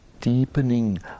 deepening